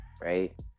right